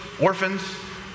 orphans